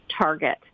target